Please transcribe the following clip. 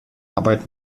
arbeit